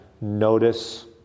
notice